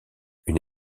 une